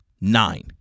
Nine